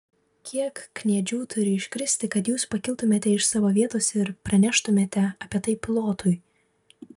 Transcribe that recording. kiek kniedžių turi iškristi kad jūs pakiltumėte iš savo vietos ir praneštumėte apie tai pilotui